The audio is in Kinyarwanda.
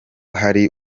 hari